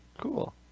cool